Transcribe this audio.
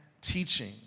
teaching